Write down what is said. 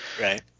right